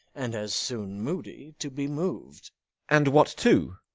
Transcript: and as soon moody to be moved and what to?